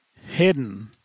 hidden